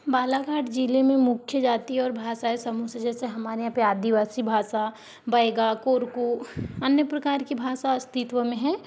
बालाघाट घाट जिले में मुख्य जाति और भाषाई समूह से जैसे हमारे यहाँ पर आदिवासी भाषा बैगा कुरकू अन्य प्रकार की भाषा अस्तित्व में है